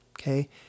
okay